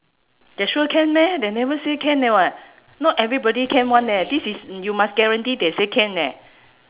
they sure can meh they never say can eh [what] not everybody can one eh this is you must guarantee they say can leh